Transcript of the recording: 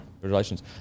Congratulations